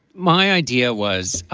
my idea was,